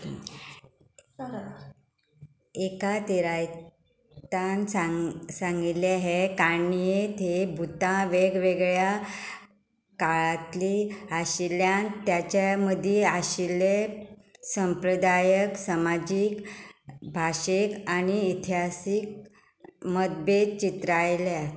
एका तिरायेतान सांग सांगिल्ले हे काणयेत हे भुतां वेगवेगळ्या काळांतली आशिल्ल्यान त्याचे मदीं आशिल्ले संप्रदायक समाजीक भाशेक आनी इतिहासीक मतभेद चित्रायल्या